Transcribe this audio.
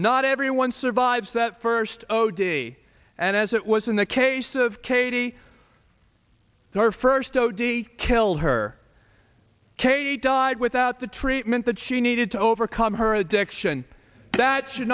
not everyone survives that first odie and as it was in the case of katie her first odie killed her katie died without the treatment that she needed to overcome her addiction that should